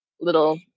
little